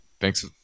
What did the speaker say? Thanks